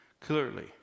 clearly